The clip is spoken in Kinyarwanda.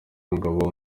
umugabo